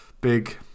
big